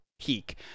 peak